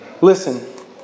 Listen